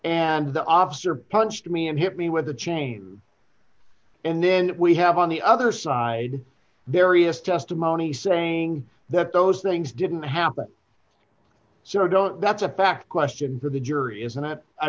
and the officer punched me and hit me with the chain and then we have on the other side there is testimony saying that those things didn't happen so don't that's a fact question for the jury is not i